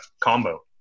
combo